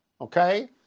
Okay